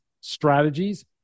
strategies